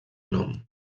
nom